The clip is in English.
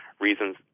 reasons